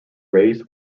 raised